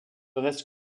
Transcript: reste